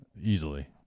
Easily